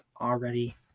already